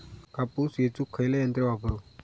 कापूस येचुक खयला यंत्र वापरू?